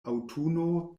aŭtuno